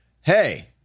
Hey